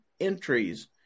entries